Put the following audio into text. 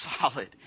solid